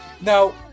now